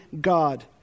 God